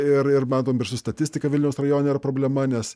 ir ir matom per šį statistika vilniaus rajone yra problema nes